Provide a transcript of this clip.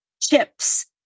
chips